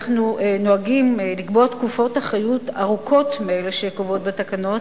אנחנו נוהגים לקבוע תקופות אחריות ארוכות מאלה שקבועות בתקנות